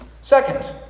Second